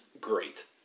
great